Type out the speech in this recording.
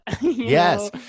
yes